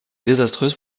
désastreuse